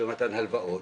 גם במתן הלוואות.